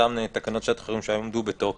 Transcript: אותן תקנות שעת חירום שהיו בתוקף,